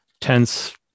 tense